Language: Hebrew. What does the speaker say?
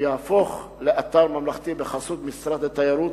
ויהפוך לאתר ממלכתי בחסות משרד התיירות.